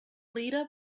leader